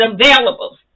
available